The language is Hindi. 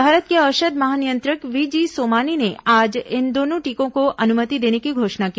भारत के औषध महानियंत्रक वीजी सोमानी ने आज इन दोनों टीकों को अनुमति देने की घोषणा की